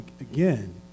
Again